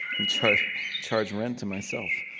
and charge charge rent to myself.